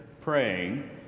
praying